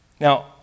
Now